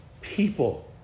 People